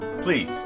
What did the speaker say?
please